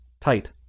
tight